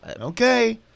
okay